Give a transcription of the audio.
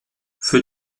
für